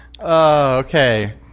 Okay